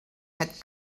had